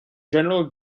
general